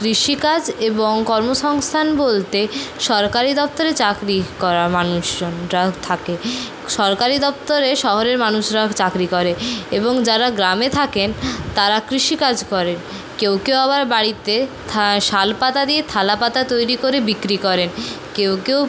কৃষিকাজ এবং কর্মসংস্থান বলতে সরকারি দফতরে চাকরি করা মানুষজন যারা থাকে সরকারি দফতরে শহরের মানুষরাও চাকরি করে এবং যারা গ্রামে থাকেন তারা কৃষিকাজ করে কেউ কেউ আবার বাড়িতে থা শালপাতা দিয়ে থালা পাতা তৈরি করে বিক্রি করে কেউ কেউ